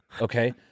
okay